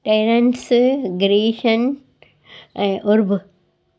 Terence ग्रीशन ऐं उर्ब